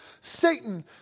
Satan